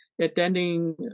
attending